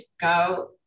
go